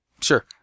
Sure